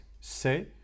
say